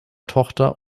tochter